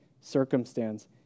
circumstance